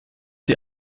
sie